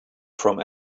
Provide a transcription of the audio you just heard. from